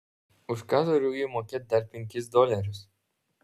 už ką turiu jai mokėt dar penkis dolerius